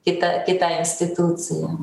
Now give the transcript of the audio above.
kita kita institucija